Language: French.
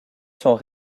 sont